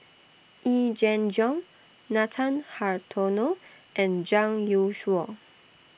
Yee Jenn Jong Nathan Hartono and Zhang Youshuo